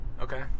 okay